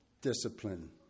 discipline